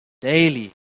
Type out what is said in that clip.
daily